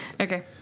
Okay